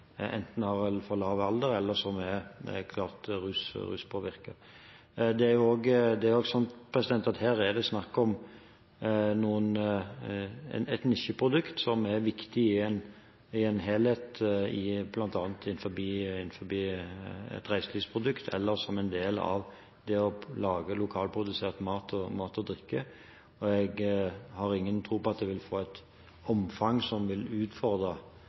enten har for lav alder eller som er klart ruspåvirket. Det er også sånn at her er det snakk om et nisjeprodukt som er viktig i en helhet bl.a. innen et reiselivsprodukt eller som en del av det å lage lokalprodusert mat og drikke, og jeg har ingen tro på at det vil få et omfang som vil utfordre